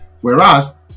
Whereas